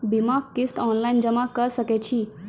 बीमाक किस्त ऑनलाइन जमा कॅ सकै छी?